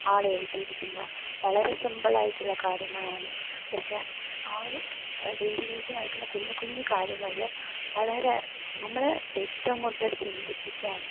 ആളെഴുതിയിരിക്കുന്ന വളരെ സിമ്പിളായിട്ട് ഉള്ള കാര്യങ്ങളാണ് പക്ഷെ ആ ഡെയിലി ലൈഫില് നടക്കുന്ന കുഞ്ഞ് കുഞ്ഞ് കാര്യങ്ങളില് വളരെ നമ്മളെ ഏറ്റവും കൂടുതൽ ചിന്തിപ്പിക്കാനും